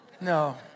No